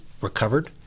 recovered